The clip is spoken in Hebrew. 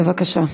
בבקשה,